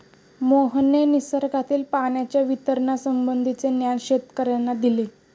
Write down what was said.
मोहनने निसर्गातील पाण्याच्या वितरणासंबंधीचे ज्ञान शेतकर्यांना दिले